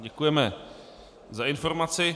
Děkujeme za informaci.